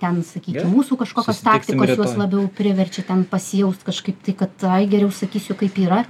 ten sakykim mūsų kažkokios taktikos juos labiau priverčia ten pasijaust kažkaip tai kad ai geriau sakysiu kaip yra